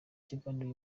kiganiro